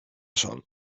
sòl